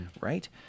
right